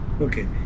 Okay